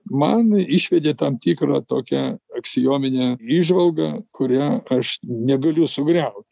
man išvedė tam tikrą tokią aksiominę įžvalgą kurią aš negaliu sugriau